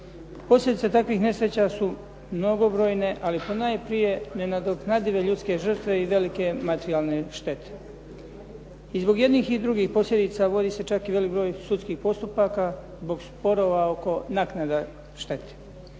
Posljedice takvih nesreća su mnogobrojne, ali ponajprije nenadoknadive ljudske žrtve i velike materijalne štete. I zbog jednih i drugih posljedica vodi se čak i velik broj sudskih postupaka zbog sporova oko naknada štete.